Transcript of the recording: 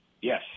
Yes